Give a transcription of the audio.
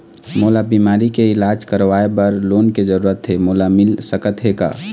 मोला बीमारी के इलाज करवाए बर लोन के जरूरत हे मोला मिल सकत हे का?